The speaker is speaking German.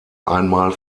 einmal